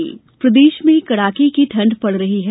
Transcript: मौसम प्रदेश में कड़ाके की ठंड पड़ रही है